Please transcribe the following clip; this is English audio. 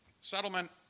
settlement